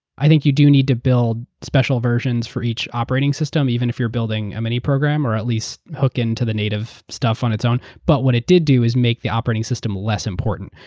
i think you do need to build special versions for each operating system, even if you're building a mini program, or at least hook into the native stuff on its own. but what it did do is make the operating system system less important.